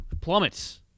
plummets